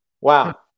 Wow